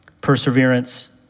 Perseverance